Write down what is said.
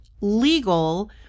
legal